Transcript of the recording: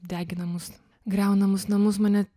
deginamus griaunamus namus mane